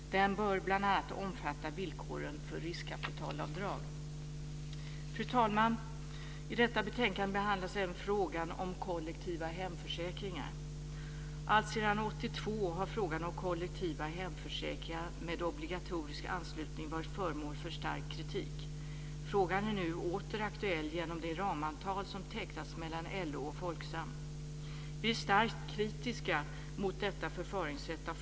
Den bör bl.a. omfatta villkoren för riskkapitalavdrag. Fru talman! I detta betänkande behandlas även frågan om kollektiva hemförsäkringar. Alltsedan 1982 har frågan om kollektiva hemförsäkringar med obligatorisk anslutning varit föremål för stark kritik. Frågan är nu åter aktuell genom det ramavtal som tecknats mellan LO och Folksam. Vi är av flera skäl starkt kritiska mot detta förfaringssätt.